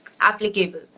applicable